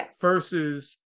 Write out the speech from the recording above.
versus